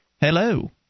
Hello